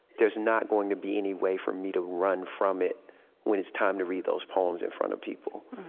there's not going to be any way for me to run from it when it's time to read those poems in front of people.